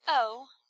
Oh